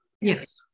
Yes